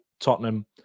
Tottenham